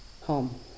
home